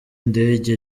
ndege